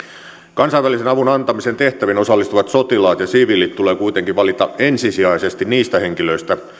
kansainvälisen avun antamisen tehtäviin osallistuvat sotilaat ja siviilit tulee kuitenkin valita ensisijaisesti niistä henkilöistä